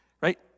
right